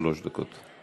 שלוש דקות.